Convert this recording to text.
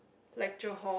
lecture hall